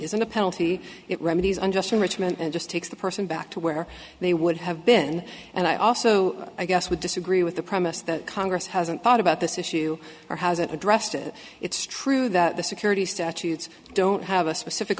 isn't a penalty it remedies unjust enrichment and just takes the person back to where they would have been and i also i guess would disagree with the premise that congress hasn't thought about this issue or has it addressed it it's true that the security statutes don't have a specific